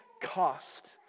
cost